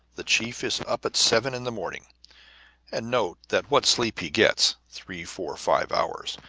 the chief is up at seven in the morning and note that what sleep he gets, three, four, five hours,